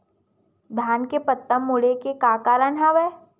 धान के पत्ता मुड़े के का कारण हवय?